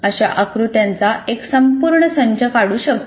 अशा आकृत्याचा एक संपूर्ण संच काढू शकतो